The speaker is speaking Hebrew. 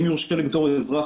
אם יורשה לי בתור אזרח,